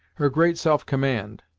her great self-command,